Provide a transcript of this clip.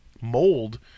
mold